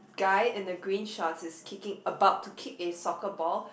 guy in the green shorts is kicking about to kick his soccer ball